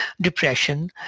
depression